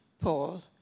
Paul